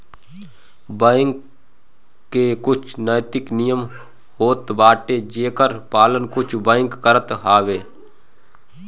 bank के कुछ नैतिक नियम होत बाटे जेकर पालन कुछ बैंक करत हवअ